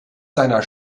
seiner